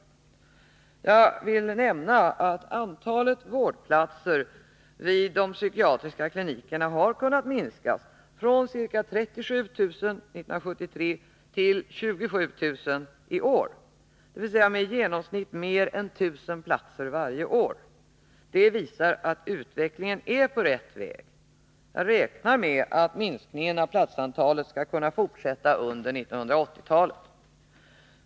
25 maj 1982 Jag vill här nämna att antalet vårdplatser vid de psykiatriska klinikerna har kunnat minskas från ca 37 000 år 1973 till ca 27 000 i år, dvs. med i genomsnitt mer än 1 000 platser varje år. Detta visar att utvecklingen är på rätt väg. Jag räknir med att minskningen av platsantalet skall kunna fortsätta under 1980-talet.